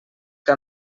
que